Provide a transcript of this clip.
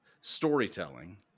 storytelling